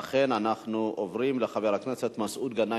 ואכן, אנחנו עוברים לחבר הכנסת מסעוד גנאים.